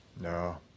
No